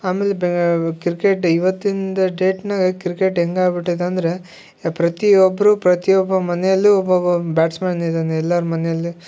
ಆಮೇಲೆ ಬೆ ಕ್ರಿರ್ಕೆಟ್ ಇವತ್ತಿನ್ದು ಡೇಟ್ನಾಗೆ ಕ್ರಿಕೆಟ್ ಹೆಂಗಾಗ್ ಬಿಟೈತೆ ಅಂದರೆ ಪ್ರತಿಯೊಬ್ಬರು ಪ್ರತಿಯೊಬ್ಬ ಮನೆಯಲ್ಲೂ ಒಬ್ಬೊಬ್ಬ ಬ್ಯಾಟ್ಸ್ಮಾನ್ ಇದ್ದಾನೆ ಎಲ್ಲಾರ ಮನೆಯಲ್ಲಿ